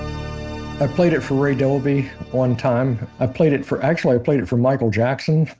i played it for ray dolby one time. i played it for. actually, i played it for michael jackson.